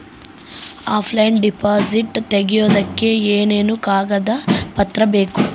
Offline deposit ತೆಗಿಯೋದಕ್ಕೆ ಏನೇನು ಕಾಗದ ಪತ್ರ ಬೇಕು?